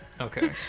Okay